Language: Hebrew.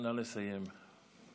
נא לסיים.